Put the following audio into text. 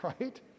right